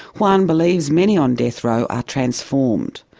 juan believes many on death row are transformed,